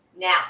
Now